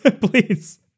please